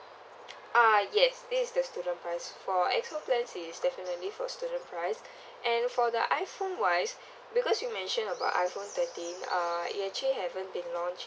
ah yes this is the student price for X O plan is definitely for student price and for the iPhone wise because you mention about iPhone thirteen uh it actually haven't been launched